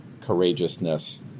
courageousness